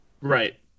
Right